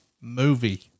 movie